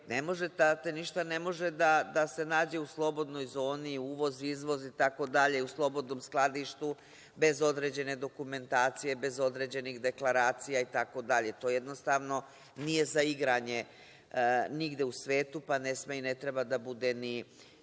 ne može da se nađe u slobodnoj zoni, uvoz-izvoz itd. u slobodnom skladištu bez određene dokumentacije bez određenih deklaracija itd. To jednostavno nije za igranje nigde u svetu pa ne sme i ne treba da bude ni